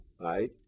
right